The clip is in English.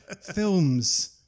films